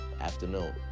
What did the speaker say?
Afternoon